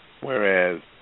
whereas